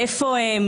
איפה הם?